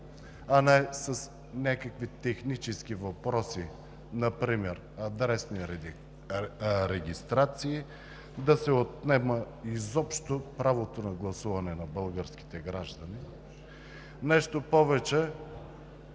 а не с някакви технически въпроси, например адресни регистрации, да се отнема изобщо правото на гласуване на българските граждани. Нещо повече.